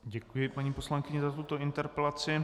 Děkuji paní poslankyni za tuto interpelaci.